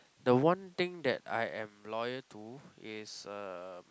the one thing that I am loyal to is uh